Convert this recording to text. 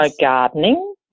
gardening